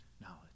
knowledge